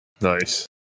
Nice